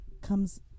comes